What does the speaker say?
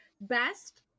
best